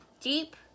deep